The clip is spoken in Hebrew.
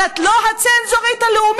אבל את לא הצנזורית הלאומית.